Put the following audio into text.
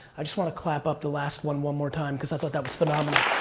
i just wanna clap up the last one one more time, cause i thought that was phenomenal.